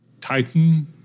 Titan